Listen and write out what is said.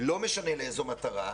לא משנה לאיזו מטרה,